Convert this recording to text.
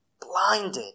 blinded